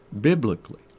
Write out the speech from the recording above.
biblically